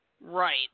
Right